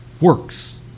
works